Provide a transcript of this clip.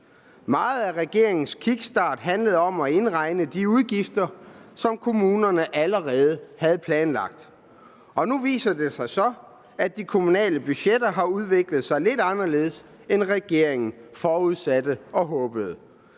Meget af regeringens kickstart handlede om at indregne de udgifter, som kommunerne allerede havde planlagt, og nu viser det sig så, at de kommunale budgetter har udviklet sig lidt anderledes, end regeringen forudsatte og håbede.